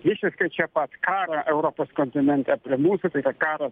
visiškai čia pat karą europos kontinente prie mūsų tai yra karas